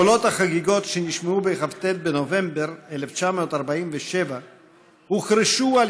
קולות החגיגות שנשמעו בכ"ט בנובמבר 1947 הוחרשו על